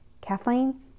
Kathleen